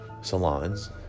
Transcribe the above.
salons